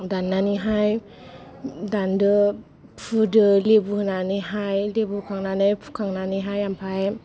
दाननानैहाय दानदो फुदो लेबु होनानैहाय लेबु होखांनानै फुखांनानै ओमफ्राय